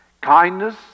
kindness